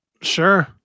Sure